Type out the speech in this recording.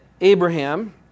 Abraham